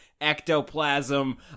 ectoplasm